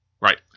Right